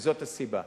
וזאת הסיבה: